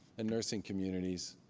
and nursing communities